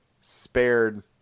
spared